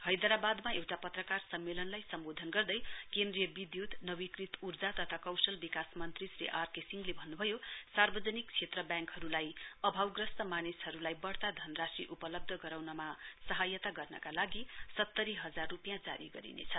हैदराबादमा एउटा पत्रकार सम्मेलनलाई सम्बोधन गर्दै केन्द्रीय विद्युत नवीकृत ऊर्जा तथा कौशल विकास मन्त्री श्री आर के सिंहले भन्नुभयो सार्वजनिक क्षेत्र ब्याङ्कहरूलाई अभावग्रस्त मानिसहरूलाई वढ़ता धनराशि उपलब्ध गराउनमा सहायता गर्नका लागि सतरी हजार रूपिँया जारी गरिनेछ